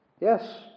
Yes